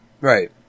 Right